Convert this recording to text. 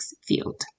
field